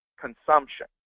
consumption